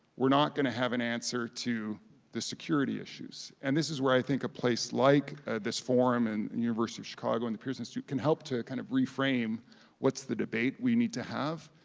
we're not gonna have an answer to the security issues, and this is where i think a place like this forum and the and university of chicago and the pearson institute can help to kind of reframe what's the debate we need to have,